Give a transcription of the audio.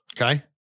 Okay